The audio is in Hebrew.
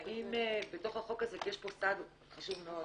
האם בתוך החוק הזה - יש פה סעד חשוב מאוד.